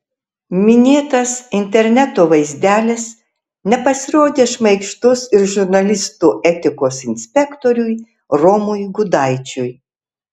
minėtas interneto vaizdelis nepasirodė šmaikštus ir žurnalistų etikos inspektoriui romui gudaičiui